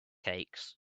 aches